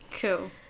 Cool